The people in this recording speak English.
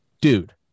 dude